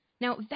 Now